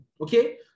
Okay